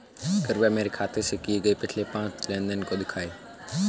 कृपया मेरे खाते से किए गये पिछले पांच लेन देन को दिखाएं